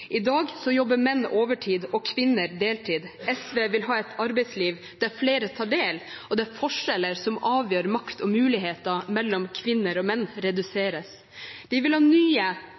I dag jobber menn overtid og kvinner deltid. SV vil ha et arbeidsliv der flere tar del, og der forskjeller som avgjør makt og muligheter mellom kvinner og menn, reduseres. Vi vil ha nye